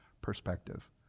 perspective